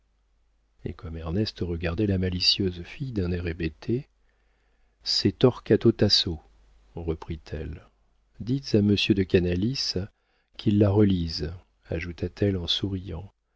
et comme ernest regardait la malicieuse fille d'un air hébété c'est torquato tasso reprit-elle dites à monsieur de canalis qu'il la relise ajouta-t-elle en souriant